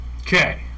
okay